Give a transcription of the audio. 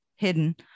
hidden